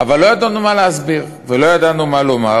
אבל לא ידענו מה להסביר ולא ידענו מה לומר,